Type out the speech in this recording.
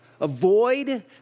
Avoid